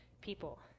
people